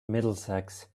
middlesex